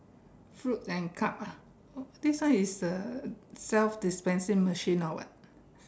fruit and cup ah this one is a self dispensing machine or what